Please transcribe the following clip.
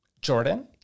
Jordan